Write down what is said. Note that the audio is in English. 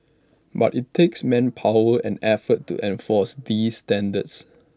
but IT takes manpower and effort to enforce these standards